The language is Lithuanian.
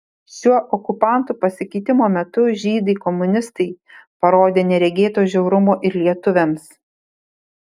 šiuo okupantų pasikeitimo metu žydai komunistai parodė neregėto žiaurumo ir lietuviams